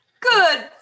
Good